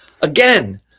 again